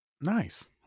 Nice